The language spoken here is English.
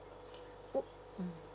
o~ mm